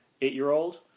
eight-year-old